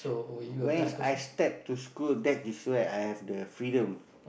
when I step to school that is where I have the freedom